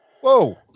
Whoa